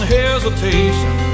hesitation